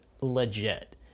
legit